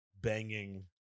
banging